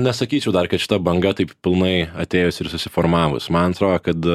nesakyčiau dar kad šita banga taip pilnai atėjusi ir susiformavus man atrodo kad